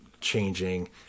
changing